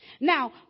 Now